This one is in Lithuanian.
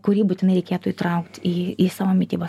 kurį būtinai reikėtų įtraukt į į savo mitybos